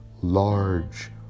large